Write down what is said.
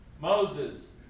Moses